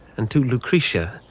and to lucretia,